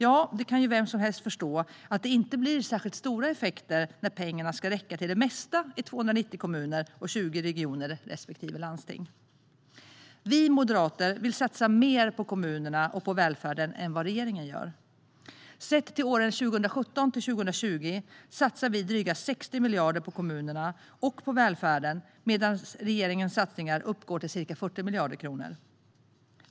Ja, det kan ju vem som helst förstå att det inte blir särskilt stora effekter när pengarna ska räcka till det mesta i 290 kommuner och 20 regioner respektive landsting. Vi moderater vill satsa mer på kommunerna och på välfärden än vad regeringen gör. Sett till åren 2017-2020 satsar vi dryga 60 miljarder på kommunerna och på välfärden medan regeringens satsningar uppgår till ca 40 miljarder.